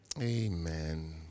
Amen